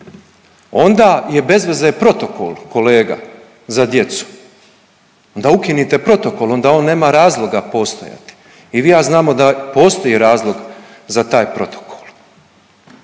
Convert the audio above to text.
Dnda je bezveze protokol kolega za djecu da ukinite protokol, onda on nema razloga postojati. I vi i ja znamo da postoji razlog za taj protokol.